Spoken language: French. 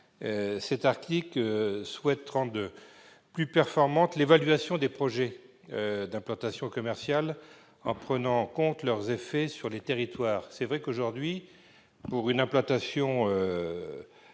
cet article, nous souhaitons rendre plus performante l'évaluation des projets d'implantation commerciale, en prenant en compte leurs effets sur les territoires. Aujourd'hui, pour l'implantation